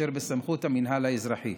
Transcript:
אשר בסמכות המינהל האזרחי,